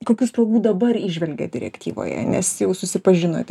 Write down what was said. kokių spragų dabar įžvelgiat direktyvoje nes jau susipažinot